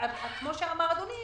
כפי שאמר אדוני